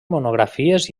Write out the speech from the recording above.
monografies